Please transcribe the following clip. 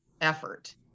effort